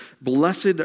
blessed